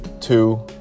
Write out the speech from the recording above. Two